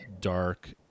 dark